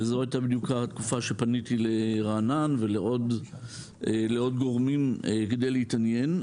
וזו הייתה בדיוק התקופה שפניתי לרענן ולעוד גורמים כדי להתעניין.